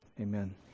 amen